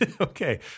okay